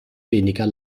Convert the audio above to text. weniger